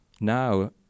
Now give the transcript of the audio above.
now